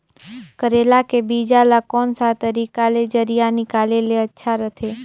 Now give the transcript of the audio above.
करेला के बीजा ला कोन सा तरीका ले जरिया निकाले ले अच्छा रथे?